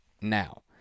now